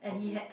okay